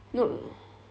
no no no